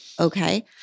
okay